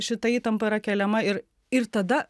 šita įtampa yra keliama ir ir tada